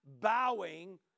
bowing